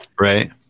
Right